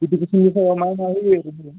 इडुकेसननि सायाव मा मा होयो